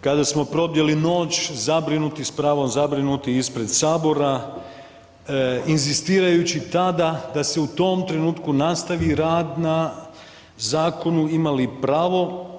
kada smo probdjeli noć zabrinuti, s pravom zabrinuti, ispred sabora inzistirajući tada da se u tom trenutku nastavi rad na zakonu ima li pravo.